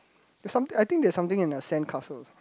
there some I think there's something in the sand castle